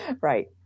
right